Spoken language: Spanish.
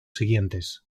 siguientes